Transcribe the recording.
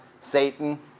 Satan